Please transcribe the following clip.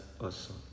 awesome